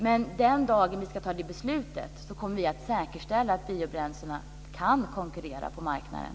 Men den dagen vi ska fatta det beslutet kommer vi att säkerställa att biobränslena kan konkurrera på marknaden.